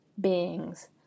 beings